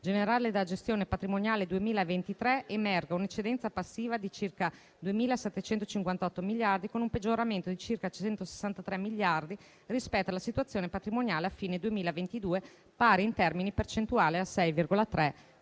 generali della gestione patrimoniale 2023 emerga un'eccedenza passiva di circa 2.758 miliardi, con un peggioramento di circa 163 miliardi rispetto alla situazione patrimoniale a fine 2022, pari in termini percentuali al 6,3